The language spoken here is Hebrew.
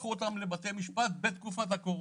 לקחו אותם לבתי משפט בתקופת הקורונה,